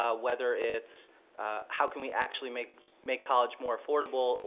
ah whether it's how can we actually make make college more affordable,